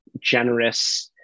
generous